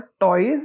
Toys